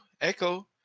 Echo